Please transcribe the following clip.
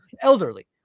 elderly